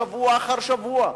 שבוע אחר שבוע,